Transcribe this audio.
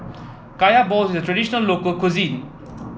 Kaya Balls is a traditional local cuisine